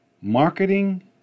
Marketing